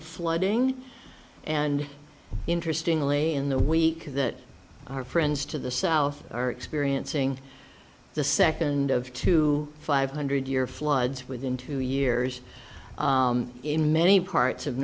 of flooding and interestingly in the week that our friends to the south are experiencing the second of two five hundred year floods within two years in many parts of